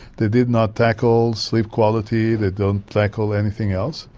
they did not tackle sleep quality, they don't tackle anything else,